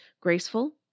graceful